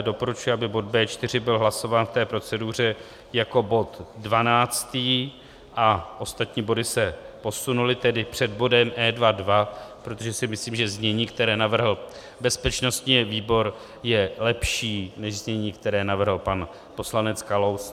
Doporučuji, aby bod B4 byl hlasován v té proceduře jako bod dvanáctý a ostatní body se posunuly, tedy před bodem E22, protože si myslím, že znění, které navrhl bezpečnostní výbor, je lepší než znění, které navrhl pan poslanec Kalous.